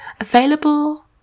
Available